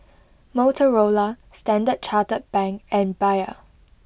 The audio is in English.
Motorola Standard Chartered Bank and Bia